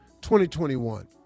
2021